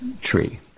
tree